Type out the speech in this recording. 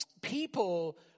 people